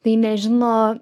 tai nežino